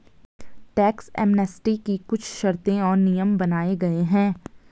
tax amnesty की कुछ शर्तें और नियम बनाये गये हैं